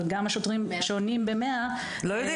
אבל גם השוטרים שעונים ב-100 -- לא יודעים.